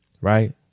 right